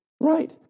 Right